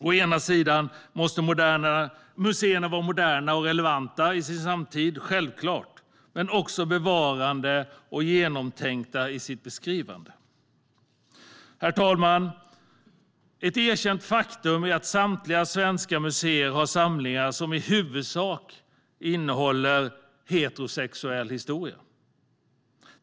Museerna måste självklart vara moderna och relevanta i sin samtid men också bevarande och genomtänkta i sitt beskrivande. Herr talman! Ett erkänt faktum är att samtliga svenska museer har samlingar som i huvudsak innehåller heterosexuell historia.